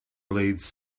blades